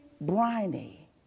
briny